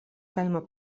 kaimo